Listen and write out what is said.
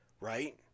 Right